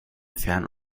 fern